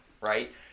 right